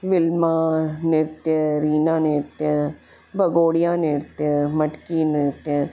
Wilmar नृत्य रीना नृत्य बगोड़िया नृत्य मटकी नृत्य